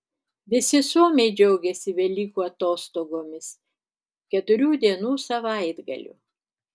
visi suomiai džiaugiasi velykų atostogomis keturių dienų savaitgaliu